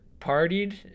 partied